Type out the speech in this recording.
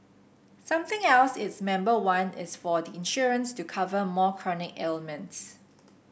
something else its member want is for the insurance to cover more chronic ailments